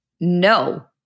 No